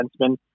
defenseman